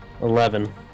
Eleven